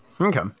Okay